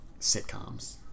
Sitcoms